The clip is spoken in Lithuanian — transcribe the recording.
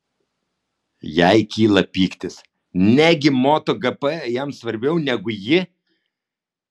jai kyla pyktis negi moto gp jam svarbiau negu ji